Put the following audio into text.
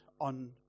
on